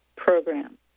program